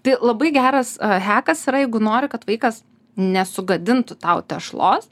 tai labai geras hekas yra jeigu nori kad vaikas nesugadintų tau tešlos